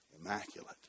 Immaculate